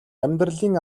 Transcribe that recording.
амьдралын